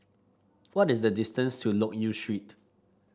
what is the distance to Loke Yew Street